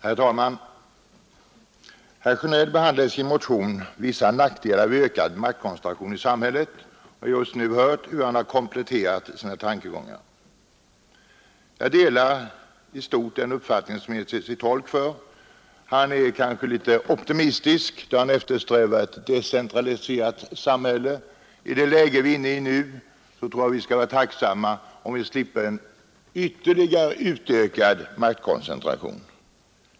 Herr talman! Herr Sjönell behandlar i sin motion vissa nackdelar som uppstår genom ökad maktkoncentration i samhället. Vi har just nu hört hur han har kompletterat sina tankegångar. Jag delar i stort den uppfattning som herr Sjönell gör sig till tolk för. Han är kanske litet optimistisk då han eftersträvar ett decentraliserat samhälle. I det läge vi nu är inne i tror jag att vi bör vara tacksamma om vi slipper en ytterligare utökad maktkoncentration.